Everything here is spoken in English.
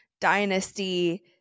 dynasty